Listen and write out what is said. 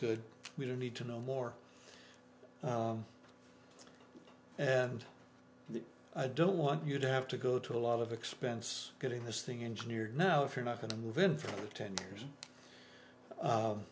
good we don't need to know more and i don't want you to have to go to a lot of expense getting this thing engineered now if you're not going to move in for ten years